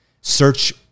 search